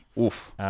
Oof